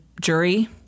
jury